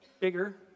Bigger